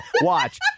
Watch